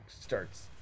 starts